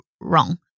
wrong